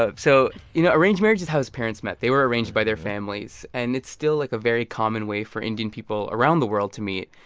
ah so you know, arranged marriage is how his parents met. they were arranged by their families. and it's still, like, a very common way for indian people around the world to meet.